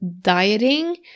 dieting